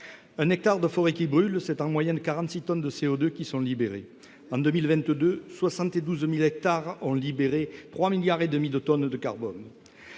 Un hectare de forêt qui brûle, ce sont, en moyenne, 46 tonnes de CO2 libérées. En 2022, 72 000 hectares ont rejeté 3,5 milliards de tonnes de carbone.